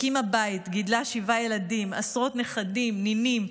הקימה בית, גידלה שבעה ילדים ועשרות נכדים ונינים.